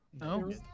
No